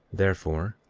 therefore,